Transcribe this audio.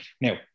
Now